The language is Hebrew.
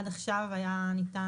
הרגישות של הבדיקה היא יותר נמוכה